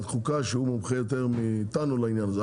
חוקה שהוא מונחה יותר מאיתנו לעניין הזה.